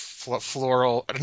Floral